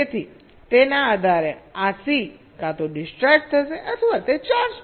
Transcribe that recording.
તેથી તેના આધારે આ સી કાં તો ડિસ્ચાર્જ થશે અથવા તે ચાર્જ થશે